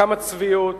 כמה צביעות?